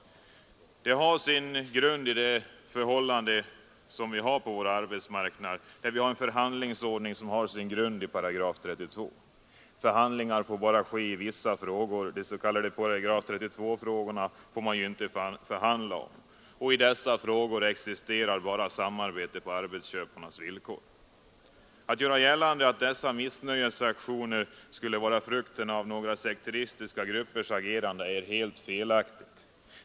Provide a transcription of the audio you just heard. De har sin grund i förhållandena på vår arbetsmarknad, med en förhandlingsordning som har sin grund i § 32. Förhandlingar får bara ske i vissa frågor; de s.k. § 32-frågorna får man inte förhandla om — i dessa frågor existerar bara samarbete på arbetsköparnas villkor. Att göra gällande att dessa missnöjesaktioner skulle vara frukten av några sekteristiska gruppers agerande är helt felaktigt.